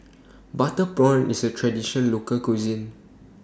Butter Prawn IS A Traditional Local Cuisine